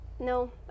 No